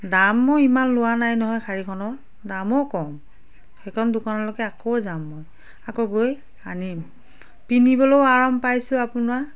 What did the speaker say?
দামো ইমান লোৱা নাই নহয় শাৰীখনৰ দামো কম সেইখন দোকানলৈকে আকৌ যাম মই আকৌ গৈ আনিম পিন্ধিবলৈও আৰাম পাইছোঁ আপোনাৰ